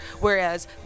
whereas